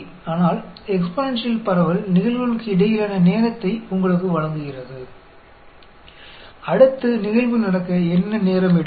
ஆனால் எக்ஸ்பொனென்ஷியல் பரவல் நிகழ்வுகளுக்கு இடையிலான நேரத்தை உங்களுக்கு வழங்குகிறது அடுத்த நிகழ்வு நடக்க என்ன நேரம் எடுக்கும்